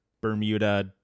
Bermuda